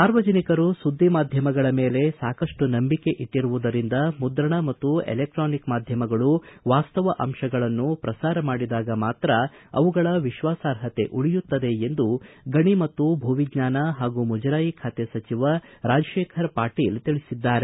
ಸಾರ್ವಜನಿಕರು ಸುದ್ದಿ ಮಾಧ್ಯಮಗಳ ಮೇಲೆ ಸಾಕಷ್ಟು ನಂಬಿಕೆ ಇಟ್ಟರುವುದರಿಂದ ಮುದ್ರಣ ಮತ್ತು ಎಲೆಕ್ಟಾನಿಕ್ ಮಾಧ್ವಮಗಳು ವಾಸ್ತವ ಅಂಶಗಳನ್ನು ಪ್ರಸಾರ ಮಾಡಿದಾಗ ಮಾತ್ರ ಅವುಗಳ ವಿಶ್ವಾಸಾರ್ಹತೆ ಉಳಿಯುತ್ತದೆ ಎಂದು ಗಣಿ ಮತ್ತು ಭೂವಿಜ್ಞಾನ ಹಾಗೂ ಮುಜರಾಯಿ ಖಾತೆ ಸಚಿವ ರಾಜಶೇಖರ ಪಾಟೀಲ್ ತಿಳಿಸಿದ್ದಾರೆ